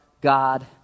God